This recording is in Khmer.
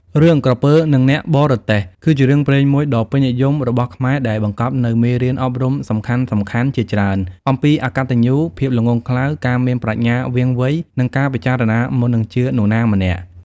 រឿង "ក្រពើនឹងអ្នកបរទេះ" គឺជារឿងព្រេងមួយដ៏ពេញនិយមរបស់ខ្មែរដែលបង្កប់នូវមេរៀនអប់រំសំខាន់ៗជាច្រើនអំពីអកតញ្ញូ ភាពល្ងង់ខ្លៅ ការមានប្រាជ្ញាវាងវៃ និងការពិចារណាមុននឹងជឿនរណាម្នាក់។